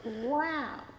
wow